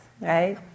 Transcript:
right